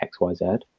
xyz